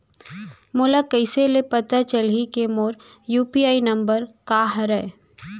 मोला कइसे ले पता चलही के मोर यू.पी.आई नंबर का हरे?